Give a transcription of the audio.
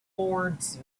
towards